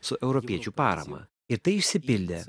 su europiečių parama ir tai išsipildė